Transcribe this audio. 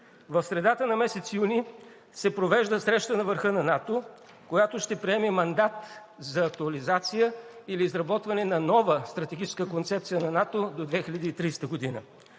В средата на месец юни се провежда Среща на върха на НАТО, която ще приеме мандат за актуализация или изработване на нова стратегическа концепция на НАТО до 2030 г.